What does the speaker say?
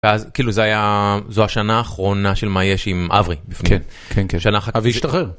אז כאילו זה היה, זו השנה האחרונה של מה יש עם אברי. כן, כן, כן. שנה אחת. אבי השתחרר.